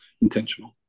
intentional